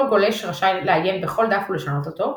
כל גולש רשאי לעיין בכל דף ולשנות אותו,